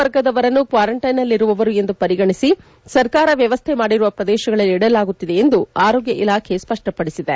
ವರ್ಗದವರನ್ನು ಕ್ವಾರಂಟೈನ್ನಲ್ಲಿರುವವರು ಎಂದು ಪರಿಗಣಿಸಿ ಸರ್ಕಾರ ವ್ಯವಸ್ತೆ ಮಾಡಿರುವ ಪ್ರದೇಶಗಳಲ್ಲಿ ಇಡಲಾಗುತ್ತಿದೆ ಎಂದು ಆರೋಗ್ನ ಇಲಾಖೆ ಸ್ಲಷ್ಪಪಡಿಸಿದೆ